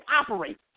operate